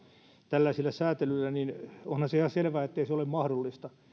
tällaisilla säätelyillä niin onhan se ihan selvää ettei se ole mahdollista